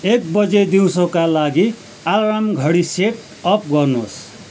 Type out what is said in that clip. एक बजे दिउँसोका लागि आलार्म घडी सेट अप गर्नुहोस्